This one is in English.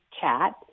chat